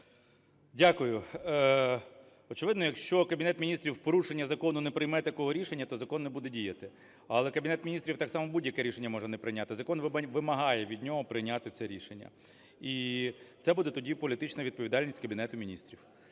Дякую. Очевидно, якщо Кабінет Міністрів в порушення закону не прийме такого рішення, то закон не буде діяти. Але Кабінет Міністрів так само будь-яке рішення може не прийняти. Закон вимагає від нього прийняти це рішення, і це буде тоді політична відповідальність Кабінету Міністрів.